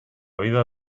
vida